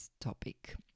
topic